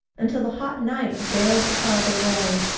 until the hot night veils the farther way,